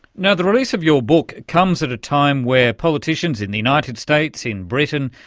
now, the release of your book comes at a time where politicians in the united states, in britain,